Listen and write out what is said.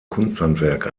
kunsthandwerk